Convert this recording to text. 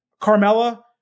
Carmella